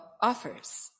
offers